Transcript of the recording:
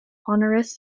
honoris